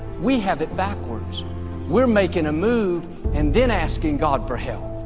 we have it backwards we're making a move and then asking god for help.